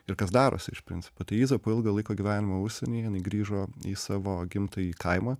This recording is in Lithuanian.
ir kas darosi iš principo tai iza po ilgo laiko gyvenimo užsieny jinai grįžo į savo gimtąjį kaimą